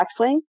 backswing